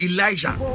Elijah